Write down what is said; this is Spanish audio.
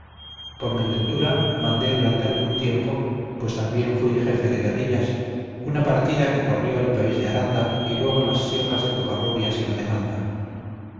por mi ventura mandé durante algún tiempo pues también fui jefe de guerrillas una partida que corrió el país de aranda y luego las sierras de covarrubias y la demanda